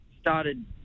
Started